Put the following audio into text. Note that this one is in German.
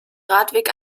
radweg